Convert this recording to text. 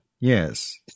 Yes